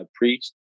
preached